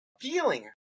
feeling